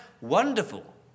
wonderful